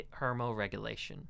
thermoregulation